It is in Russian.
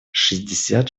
шестьдесят